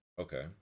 Okay